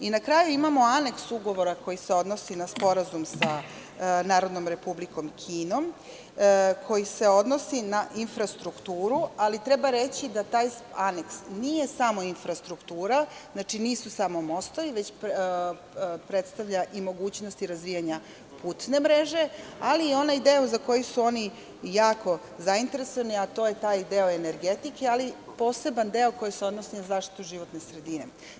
Na kraju, imamo aneks ugovora koji se odnosi na Sporazum sa Narodnom Republikom Kinom, koji se odnosi na ifrastrukturu, ali treba reći da taj aneks nije samo infrastruktura, znači, nisu samo mostovi, već predstavlja i mogućnost razvijanja putne mreže, ali i onaj deo za koji su oni jako zainteresovani, a to je taj deo energetike, ali poseban deo koji se odnosi na zaštitu životne sredine.